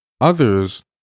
others